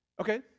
Okay